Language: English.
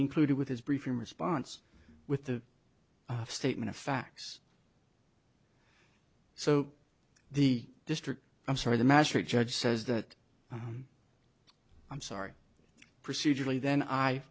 included with his brief in response with the a statement of facts so the district i'm sorry the master judge says that i'm sorry procedurally then i